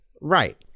Right